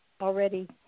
already